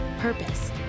purpose